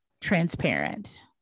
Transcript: transparent